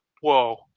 whoa